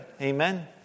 Amen